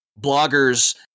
bloggers